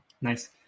Nice